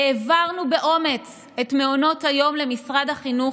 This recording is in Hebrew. העברנו באומץ את מעונות היום למשרד החינוך